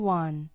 one